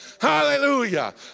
hallelujah